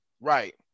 Right